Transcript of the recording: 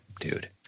dude